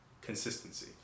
consistency